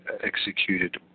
executed